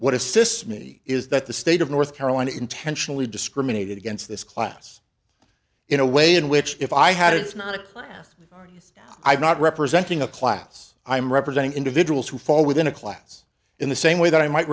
what assists me is that the state of north carolina intentionally discriminated against this class in a way in which if i had it's not a class i'm not representing a class i'm representing individuals who fall within a class in the same way that i might